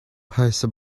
phaisa